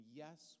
yes